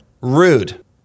Rude